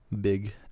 big